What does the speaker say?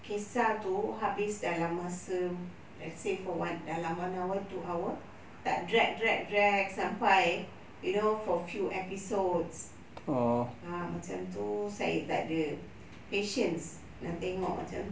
kisah itu habis dalam masa let's say for one dalam one hour two hour tak drag drag drag sampai you know for few episodes ah macam itu saya tak ada patience nak tengok macam